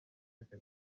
aseka